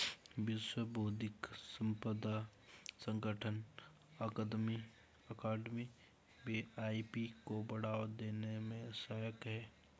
विश्व बौद्धिक संपदा संगठन अकादमी भी आई.पी को बढ़ावा देने में सहायक है